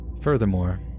Furthermore